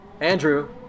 Andrew